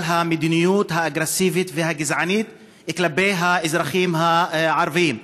המדיניות האגרסיבית והגזענית כלפי האזרחים הערבים.